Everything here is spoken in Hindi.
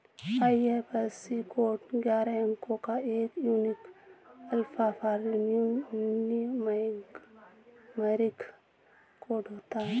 आई.एफ.एस.सी कोड ग्यारह अंको का एक यूनिक अल्फान्यूमैरिक कोड होता है